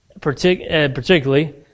particularly